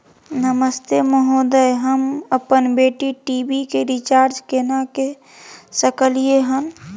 नमस्ते महोदय, हम अपन टी.वी के रिचार्ज केना के सकलियै हन?